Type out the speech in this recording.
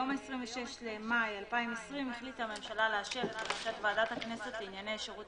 ביום 26.5.2020 החליטה הממשלה לאשר את בקשת ועדת הכנסת לענייני שירות